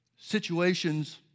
situations